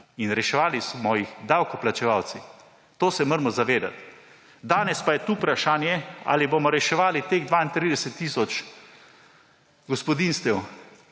In reševali smo jih davkoplačevalci. Tega se moramo zavedati! Danes pa je tukaj vprašanje, ali bomo reševali teh 32 tisoč gospodinjstev,